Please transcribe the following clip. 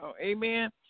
Amen